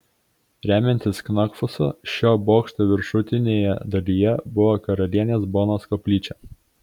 remiantis knakfusu šio bokšto viršutinėje dalyje buvo karalienės bonos koplyčia